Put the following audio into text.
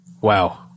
Wow